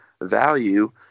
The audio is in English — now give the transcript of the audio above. value